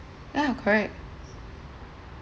yeah correct